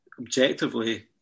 objectively